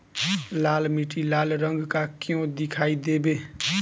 लाल मीट्टी लाल रंग का क्यो दीखाई देबे?